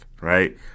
right